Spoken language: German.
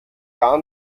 gar